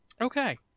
Okay